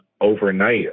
overnight